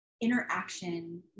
interaction